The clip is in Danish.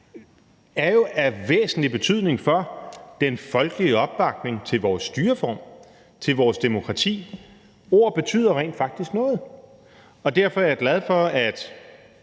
er jo af væsentlig betydning for den folkelige opbakning til vores styreform, til vores demokrati. Ord betyder rent faktisk noget. Derfor er jeg glad for, at